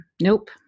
Nope